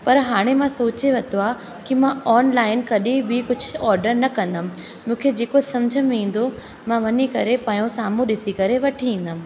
पर हाणे मां सोचे वतो आहे की मां ऑनलाइन कॾहिं बि कुझु ऑडर न कंदमि मूंखे जेको सम्झ में ईंदो मां वञी करे पंहिंजो साम्हूं ॾिसी करे वठी ईंदमि